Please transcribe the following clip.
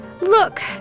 Look